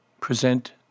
present